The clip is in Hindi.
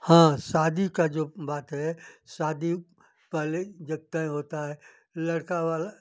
हाँ शादी का जो बात है शादी पहले जब तय होता है लड़का वाला